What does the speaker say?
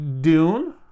Dune